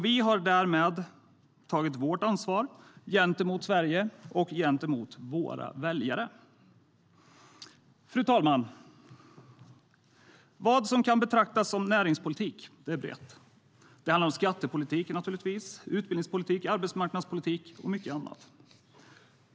Vi har därmed tagit vårt ansvar gentemot Sverige och våra väljare. Fru talman! Vad som kan betraktas som näringspolitik är brett. Det handlar om skattepolitik, utbildningspolitik, arbetsmarknadspolitik och mycket annat.